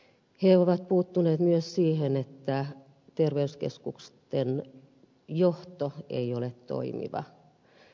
he ovat puuttuneet myös siihen että terveyskeskusten johto ei ole toimiva